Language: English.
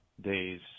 days